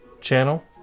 channel